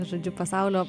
žodžiu pasaulio